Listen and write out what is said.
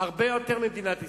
הרבה יותר ממדינת ישראל,